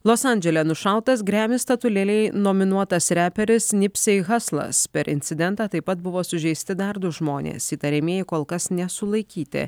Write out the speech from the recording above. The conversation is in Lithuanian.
los andžele nušautas gremi statulėlei nominuotas reperis nipsei haslas per incidentą taip pat buvo sužeisti dar du žmonės įtariamieji kol kas nesulaikyti